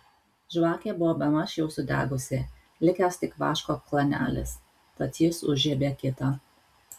žvakė buvo bemaž jau sudegusi likęs tik vaško klanelis tad jis užžiebė kitą